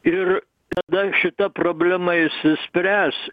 ir tada šita problema išsispręs